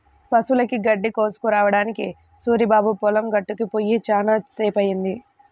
పశువులకి గడ్డి కోసుకురావడానికి సూరిబాబు పొలం గట్టుకి పొయ్యి చాలా సేపయ్యింది